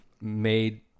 made